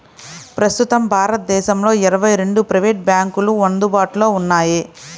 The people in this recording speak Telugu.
ప్రస్తుతం భారతదేశంలో ఇరవై రెండు ప్రైవేట్ బ్యాంకులు అందుబాటులో ఉన్నాయి